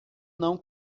não